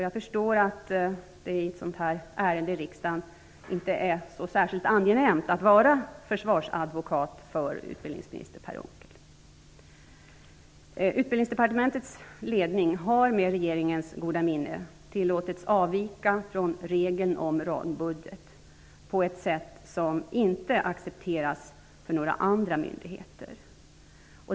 Jag förstår att det vid ett sådant här ärende i riksdagen inte är så angenämt att vara försvarsadvokat för utbildningsminister Per Utbildningsdepartementets ledning har med regeringens goda minne tillåtits avvika från regeln om rambudget på ett sätt som inte accepteras för några andra myndigheter.